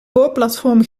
boorplatform